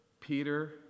Peter